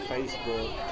Facebook